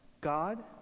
God